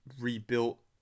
rebuilt